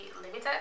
limited